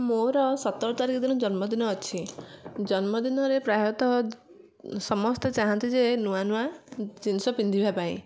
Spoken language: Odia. ମୋର ସତର ତାରିଖ ଦିନ ଜନ୍ମ ଦିନ ଅଛି ଜନ୍ମ ଦିନରେ ପ୍ରାୟତଃ ସମସ୍ତେ ଚାହାଁନ୍ତି ଯେ ନୂଆ ନୂଆ ଜିନିଷ ପିନ୍ଧିବା ପାଇଁ